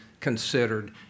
Considered